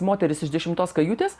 moteris iš dešimtos kajutės